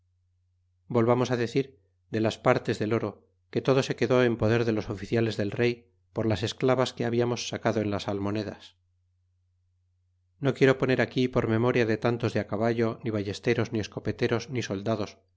volvamos á decir de las partes del oro que todo se quedó en poder de los oficiales del rey por las esclavas que habiamos sacado en las almonedas no quiero poner aquí por memoria que tantos de caballo ni ballesteros ni escopeteros ni soldados